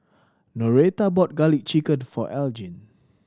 Noretta bought Garlic Chicken for Elgin